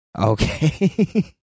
Okay